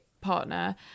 partner